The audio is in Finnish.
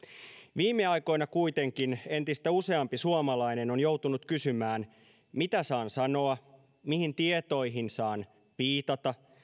viime aikoina kuitenkin entistä useampi suomalainen on joutunut kysymään mitä saan sanoa mihin tietoihin saan viitata